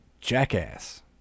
jackass